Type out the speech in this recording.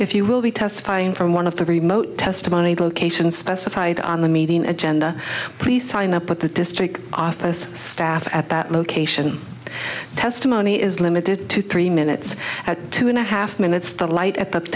if you will be testifying from one of the remote testimony location specified on the meeting agenda please sign up at the district office staff at that location the testimony is limited to three minutes at two and a half minutes the light